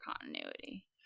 continuity